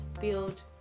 build